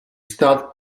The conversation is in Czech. stát